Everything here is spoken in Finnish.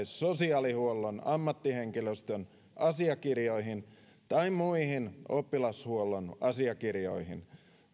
sosiaalihuollon ammattihenkilöstön asiakirjoihin tai muihin oppilashuollon asiakirjoihin